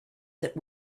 that